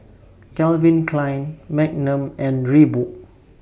Calvin Klein Magnum and Reebok